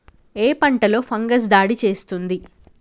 ఏ పంటలో ఫంగస్ దాడి చేస్తుంది?